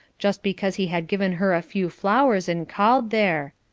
just because he had given her a few flowers and called there.